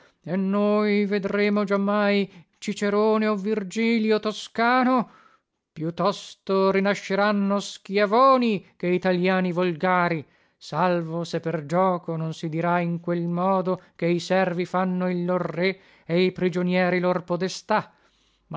e noi vedremo giamai cicerone o virgilio toscano più tosto rinasceranno schiavoni che italiani volgari salvo se per gioco non si dirà in quel modo che i servi fanno il lor re e i prigionieri lor podestà